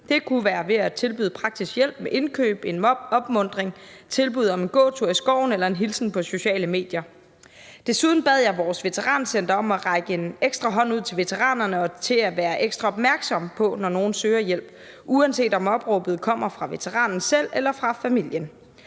det kunne være ved at tilbyde praktisk hjælp med indkøb, en opmuntring, et tilbud om en gåtur i skoven eller at sende en hilsen på sociale medier. Desuden bad jeg vores veterancenter om at række en ekstra hånd ud til veteranerne og til at være ekstra opmærksom på, når nogle søger hjælp, uanset om opråbet kommer fra veteranen selv eller fra familien.